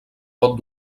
pot